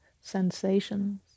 sensations